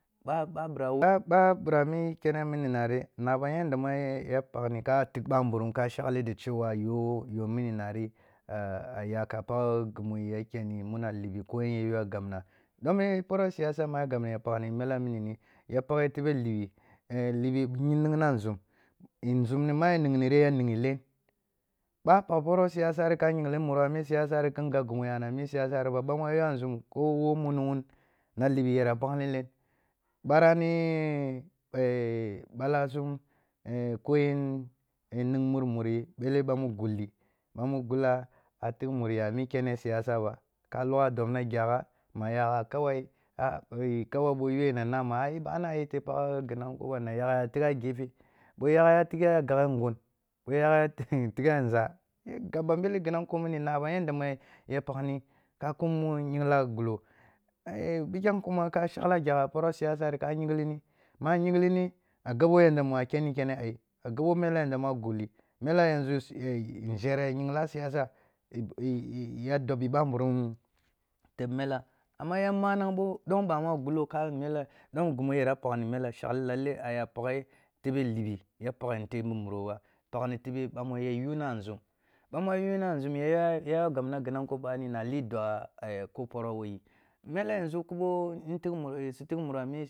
Ɓah ɓirah, wo, ɓah ɓirah mi kene mini nari nabam yanda mu ya paghni ka tigh ɓamburum ka shakle da awa yoyo mini nari a ya ka pagh ghi mu ya kenni muna libi ko yen ya ya’ah gabna dome poroh siyasa mu a gabni paghni mela minini ya paghe tebe libi, eh libi yiri nighna nȝum, nȝumri mu ya nighri ya nighyi len, ɓah pagh poroh siyasari ka mur muro a mi siyasari kin gab ghi mu ya mi siyasari ba ɓah mu yuah nȝum, ko wo muni wun na libi yara pagh ni len, barah ni ɓahsum oh ko yen ning ying muri, ɓele ɓah mu gulli, ɓah mu gulla, a tigh muriya a mi kene siyasa ba ka logha dubna gya’ah, ma yagha kawai kawai ɓoh yu’ah na nama ai ɓana a yete pagh ghi nanko ba na a yagha tigha gete, ɓoh yaghe tighe a ga’eh ngun, ɓoh yaghe tighe a ga’eh ngun, ɓoh yaghe tighe a nȝa, gabban ɓele ghinanko minina, nabam yanda mu ya paghni, ka mum mo yingla a gulo, pikhem knma a shakla gya’ah poroh siyasari ka yin ghlini, ma yinghlini a gabo yanda ma ken ni kene ai, a gabo mela yanda mu gulli, mela yanzu mela yanzu nȝhere yingla siyasa ya dobbi ɓamburum teb mela, amma ya manang ɓoh ɓa mu a gulo ka a mela, ɗom ghi yara paghni mele, shakli lelle a paghe tebe libi, ya paghe tebe ni muroh ba, paghni tebe mu ya yunna a nȝum, ɓah mu yunna a nzum ya ya’ah, ya yoah gabna ghi nanko na li dua’ah ko poroh wo yi, mele yanzu ku ɓoh intigh su tigh muru.